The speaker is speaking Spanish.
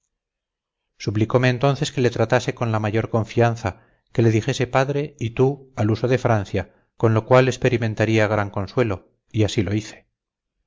admiro suplicome entonces que le tratase con la mayor confianza que le dijese padre y tú al uso de francia con lo cual experimentaría gran consuelo y así lo hice